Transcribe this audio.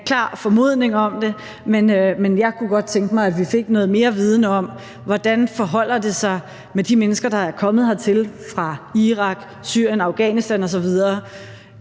kan have en klar formodning om det, men jeg kunne godt tænke mig, at vi fik noget mere viden om, hvordan det forholder sig med de mennesker, der er kommet hertil fra Irak, Syrien, Afghanistan osv.